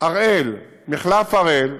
מחלף הראל,